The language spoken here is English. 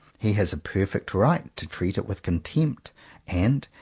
he has a perfect right to treat it with contempt and,